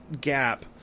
gap